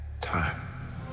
Time